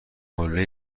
قله